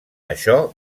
això